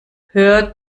hör